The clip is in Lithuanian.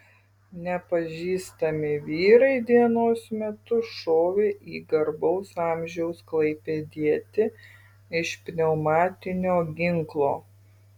nepažįstami vyrai dienos metu šovė į garbaus amžiaus klaipėdietį iš pneumatinio ginklo